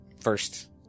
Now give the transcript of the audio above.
first